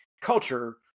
culture